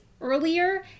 earlier